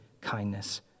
kindness